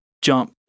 jump